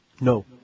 No